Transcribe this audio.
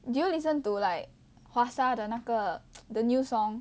do you listen to like 华莎的那个 the new song